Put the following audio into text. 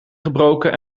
gebroken